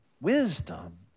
wisdom